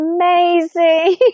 amazing